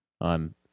on